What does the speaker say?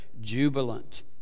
jubilant